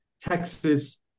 texas